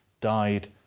died